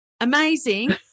amazing